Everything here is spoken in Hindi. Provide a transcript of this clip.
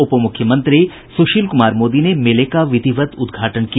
उपमुख्यमंत्री सुशील कुमार मोदी ने मेले का विधिवत उद्घाटन किया